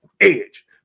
edge